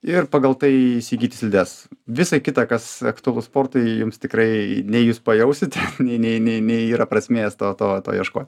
ir pagal tai įsigyti slides visa kita kas aktualu sportui jums tikrai nei jūs pajausit nei nei nei nei yra prasmės to to to ieškot